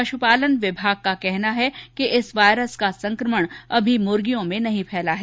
पशुपालन विभाग का कहना है कि इस वायरस का संकमण अभी मुर्गियों में नहीं फैला है